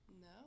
No